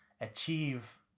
achieve